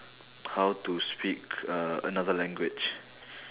how to speak uh another language